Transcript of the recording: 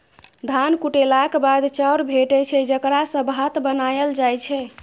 धान कुटेलाक बाद चाउर भेटै छै जकरा सँ भात बनाएल जाइ छै